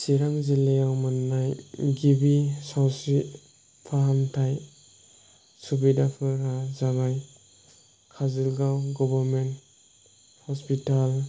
चिरां जिल्लायाव मोननाय गिबि सावस्रि फाहामथाय सुबिदाफोरा जाबाय खाजोलगाव गभर्नमेन्ट हस्पिटाल